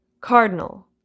cardinal